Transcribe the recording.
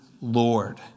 Lord